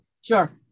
Sure